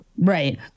Right